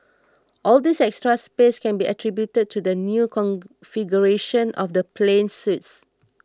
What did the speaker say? all this extra space can be attributed to the new configuration of the plane's suites